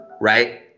right